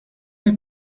est